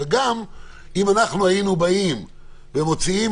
ואם אנחנו היינו מחריגים אותם,